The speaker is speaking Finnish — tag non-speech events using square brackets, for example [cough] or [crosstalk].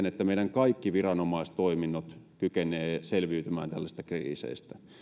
[unintelligible] että meidän kaikki viranomaistoiminnot kykenevät selviytymään tällaisista kriiseistä